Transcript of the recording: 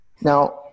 Now